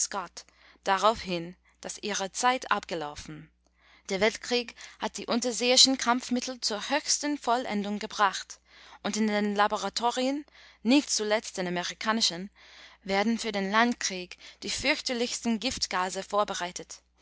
darauf hin daß ihre zeit abgelaufen der weltkrieg hat die unterseeischen kampfmittel zur höchsten vollendung gebracht und in den laboratorien nicht zuletzt den amerikanischen werden für den landkrieg die fürchterlichsten giftgase vorbereitet